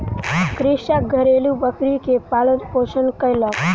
कृषक घरेलु बकरी के पालन पोषण कयलक